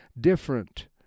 different